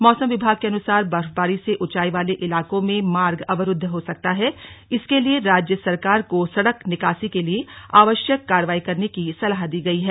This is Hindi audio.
मौसम विभाग के अनुसार बर्फबारी से ऊंचाई वाले इलाकों में मार्ग अवरुद्व हो सकता है इसके लिए राज्य सरकार को सड़क निकासी के लिए आवश्यक कार्रवाई करने की सलाह दी गई है